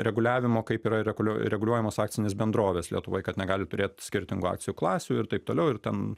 reguliavimo kaip yra rekuliuo reguliuojamos akcinės bendrovės lietuvoj kad negali turėt skirtingų akcijų klasių ir taip toliau ir ten